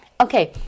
Okay